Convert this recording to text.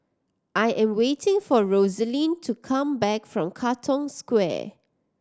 I am waiting for Rosaline to come back from Katong Square